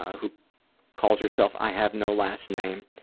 who calls herself i have no last name.